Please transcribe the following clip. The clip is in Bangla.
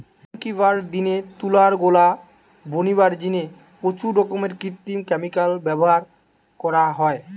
অখনকিরার দিনে তুলার গোলা বনিবার জিনে প্রচুর রকমের কৃত্রিম ক্যামিকাল ব্যভার করা হয়